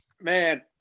Man